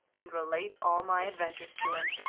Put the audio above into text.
and relate all my adventures to him.